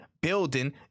building